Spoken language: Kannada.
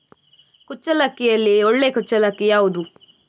ಕುಚ್ಚಲಕ್ಕಿಯಲ್ಲಿ ಒಳ್ಳೆ ಕುಚ್ಚಲಕ್ಕಿ ಯಾವುದು?